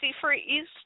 freeze